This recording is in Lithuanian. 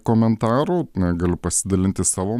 komentarų na galiu pasidalinti savo